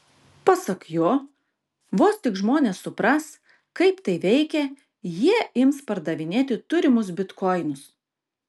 pasak jo vos tik žmonės supras kaip tai veikia jie ims pardavinėti turimus bitkoinus